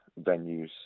venues